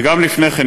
וגם לפני כן,